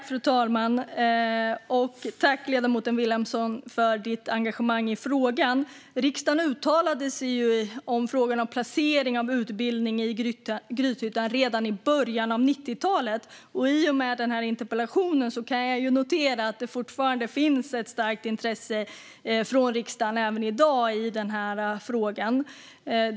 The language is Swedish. Fru talman! Tack, ledamoten Vilhelmsson, för ditt engagemang i frågan! Riksdagen uttalade sig i frågan om placering av utbildning i Grythyttan redan i början av 90-talet. I och med denna interpellation kan jag notera att det än i dag finns ett starkt intresse för denna fråga i riksdagen.